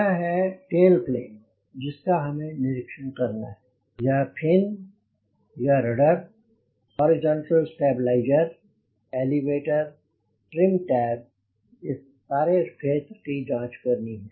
यह है tail plane जिसका हमें निरीक्षण करना है यह फिन यह rudder horizontal stabiliser elevator trim tab इस सारे क्षेत्र की जांच करनी है